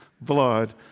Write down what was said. blood